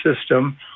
system